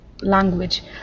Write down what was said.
language